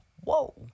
whoa